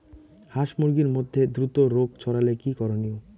হাস মুরগির মধ্যে দ্রুত রোগ ছড়ালে কি করণীয়?